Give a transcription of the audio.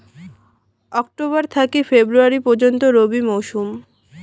October থাকি February পর্যন্ত রবি মৌসুম